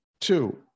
two